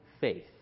faith